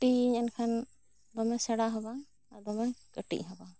ᱠᱩᱴᱤᱭᱮᱭᱟᱹᱧ ᱮᱱᱠᱷᱟᱱ ᱫᱚᱢᱮ ᱥᱮᱲᱟ ᱦᱚᱸ ᱫᱚᱢᱮ ᱠᱟᱹᱴᱤᱡ ᱦᱚᱸ ᱵᱟᱝ